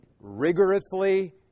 Rigorously